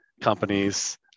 companies